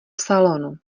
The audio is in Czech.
salonu